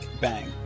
Bang